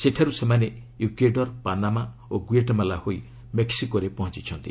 ସେଠାରୁ ସେମାନେ Ecuador Panama ଓ ଗୁଏଟ୍ମାଲା ହୋଇ ମେକ୍ସିକୋରେ ପହଞ୍ଚୁଛନ୍ତି